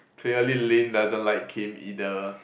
clearly Lynn doesn't like Kim either